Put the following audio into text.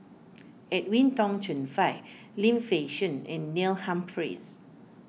Edwin Tong Chun Fai Lim Fei Shen and Neil Humphreys